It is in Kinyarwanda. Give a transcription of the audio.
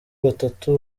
batatu